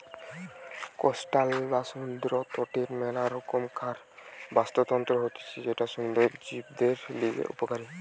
coastal বা সমুদ্র তটের মেলা রকমকার বাস্তুতন্ত্র হতিছে যেটা সমুদ্র জীবদের লিগে উপকারী